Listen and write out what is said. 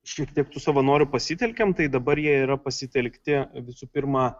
šiek tiek tų savanorių pasitelkėm tai dabar jie yra pasitelkti visų pirma